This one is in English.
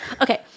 Okay